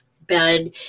bed